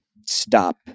stop